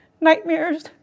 nightmares